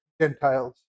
Gentiles